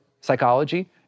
psychology